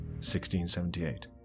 1678